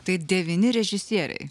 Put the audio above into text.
tai devyni režisieriai